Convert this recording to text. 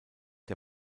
der